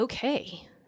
okay